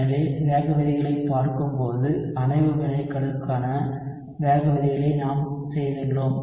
எனவே வேக விதிகளைப் பார்க்கும்போது அணைவு வினைகளுக்கான வேக விதிகளை நாம் செய்துள்ளோம்